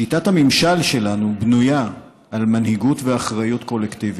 שיטת הממשל שלנו בנויה על מנהיגות ואחריות קולקטיבית.